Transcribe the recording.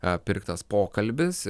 a pirktas pokalbis